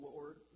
Lord